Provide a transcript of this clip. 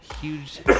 huge